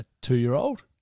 two-year-old